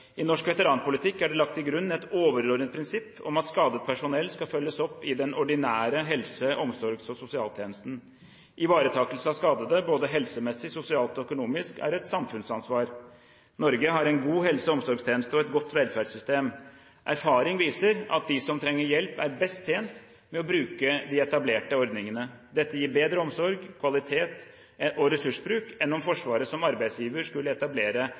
I norsk veteranpolitikk er det lagt til grunn et overordnet prinsipp om at skadet personell skal følges opp i den ordinære helse-, omsorgs- og sosialtjenesten. Ivaretakelse av skadede, både helsemessig, sosialt og økonomisk, er et samfunnsansvar. Norge har en god helse- og omsorgstjeneste og et godt velferdssystem. Erfaring viser at de som trenger hjelp, er best tjent med å bruke de etablerte ordningene. Dette gir bedre omsorg, kvalitet og ressursbruk enn om Forsvaret som arbeidsgiver skulle etablere